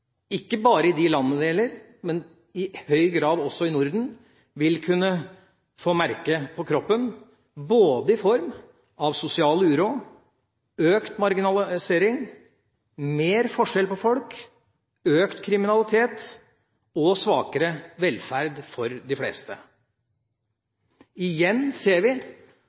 ikke bare i de landene det gjelder, men i høy grad også i Norden, vil kunne få merke på kroppen både i form av sosial uro, økt marginalisering, større forskjell på folk, økt kriminalitet og svakere velferd for de fleste. Igjen ser vi